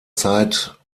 zeit